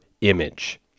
image